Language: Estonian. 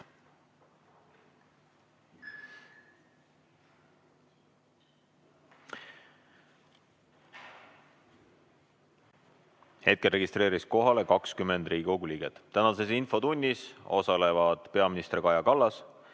Hetkel registreerus kohalolijaks 20 Riigikogu liiget. Tänases infotunnis osalevad peaminister Kaja Kallas,